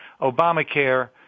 Obamacare